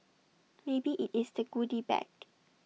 maybe IT is the goody bag